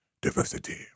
Diversity